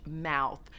mouth